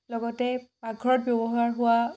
লগতে পাকঘৰত ব্যৱহাৰ হোৱা